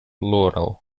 laurel